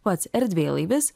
pats erdvėlaivis